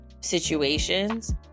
situations